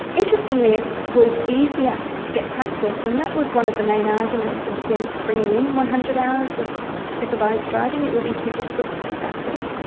interestingly it was easier to get practice, and that was one of the main arguments and against bringing in one hundred hours of supervised driving it would be too difficult to get practice.